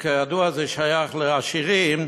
שכידוע זה שייך לעשירים,